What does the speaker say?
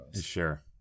Sure